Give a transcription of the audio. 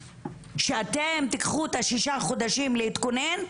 אתם תיקחו שישה חודשים להתכונן,